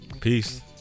Peace